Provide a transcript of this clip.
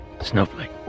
Snowflake